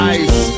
ice